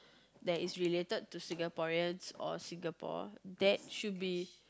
that is related to Singaporeans or Singapore that should be